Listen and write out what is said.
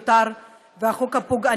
הוא הולם אותך, הוא הולם את הכנסת, ואני